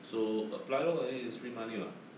so apply lor anyway it's free money [what]